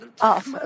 off